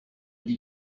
dis